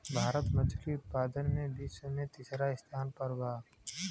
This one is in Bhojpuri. भारत मछली उतपादन में विश्व में तिसरा स्थान पर बा